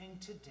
today